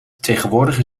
tegenwoordig